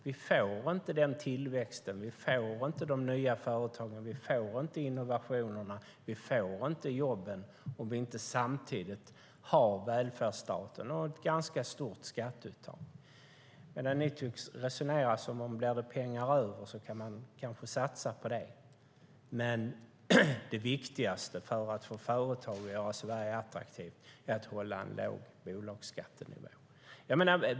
Vi får inte den tillväxten, vi får inte de nya företagen, vi får inte innovationerna och vi får inte jobben om vi inte samtidigt har välfärdsstaten och ett ganska stort skatteuttag. Ni tycks resonera som att blir det pengar över kanske man kan satsa på det, men det viktigaste för att företag ska kunna göra Sverige attraktivt är att ha en låg bolagsskattenivå.